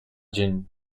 dzień